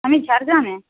আমি ঝাড়গ্রামে